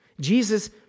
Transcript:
Jesus